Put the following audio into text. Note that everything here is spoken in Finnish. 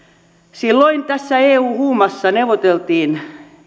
silloin tässä eu huumassa neuvoteltiin